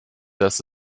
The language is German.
dass